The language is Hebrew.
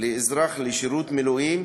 לאזרח לשירות מילואים